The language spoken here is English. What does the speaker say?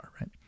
right